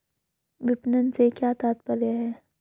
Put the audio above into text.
विपणन से क्या तात्पर्य है?